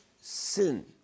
sin